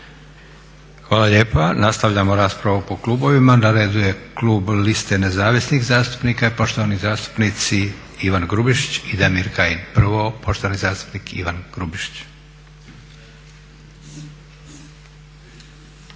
Hvala lijepa. Nastavljamo raspravu po klubovima. Na redu je klub Liste nezavisnih zastupnika i poštovani zastupnici Ivan Grubišić i Damir Kajin. Prvo, poštovani zastupnik Ivan Grubišić.